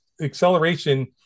acceleration